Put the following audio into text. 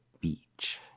beach